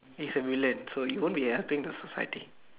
he's a villain so he won't be helping the society